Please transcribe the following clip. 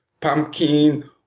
pumpkin